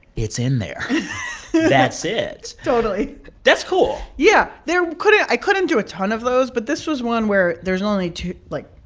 it's in there that's it totally that's cool yeah. there couldn't i couldn't do a ton of those. but this was one where there's only two like,